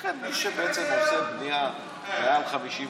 לכן, מי שעושה בנייה מעל 50 מטר,